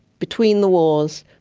between the wars,